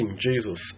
Jesus